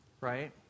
right